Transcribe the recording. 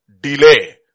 Delay